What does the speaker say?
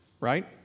right